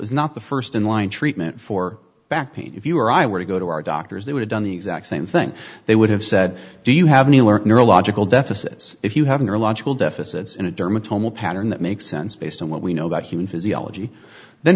is not the first in line treatment for back pain if you or i were to go to our doctors they would've done the exact same thing they would have said do you have any work neurological deficits if you have a neurological deficits and a german tomo pattern that makes sense based on what we know about human physiology then